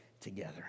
together